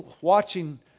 watching